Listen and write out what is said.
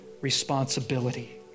Responsibility